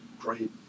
great